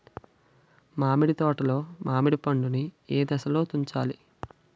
మామిడి తోటలో మామిడి పండు నీ ఏదశలో తుంచాలి?